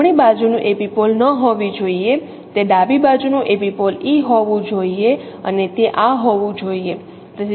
તેથી તે જમણી બાજુ નું એપિપોલ ન હોવી જોઈએ તે ડાબી બાજુનું એપિપોલ e હોવું જોઈએ અને તે આ હોવું જોઈએ